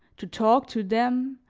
to talk to them,